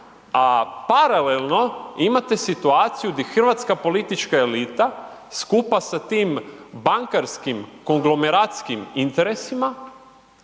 a paralelno imate situaciju gdje hrvatska politička elita skupa sa tim bankarskim konglomeracijskim interesima